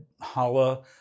Hala